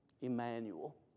Emmanuel